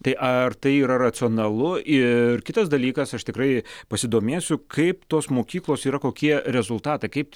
tai ar tai yra racionalu ir kitas dalykas aš tikrai pasidomėsiu kaip tos mokyklos yra kokie rezultatai kaip